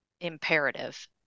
imperative